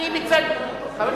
מה עם בנק ישראל?